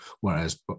whereas